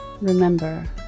Remember